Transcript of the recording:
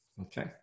okay